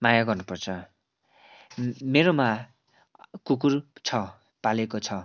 माया गर्नु पर्छ मेरोमा कुकुर छ पालेको छ